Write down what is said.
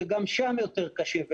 וגם שם יותר קשה.